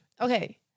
Okay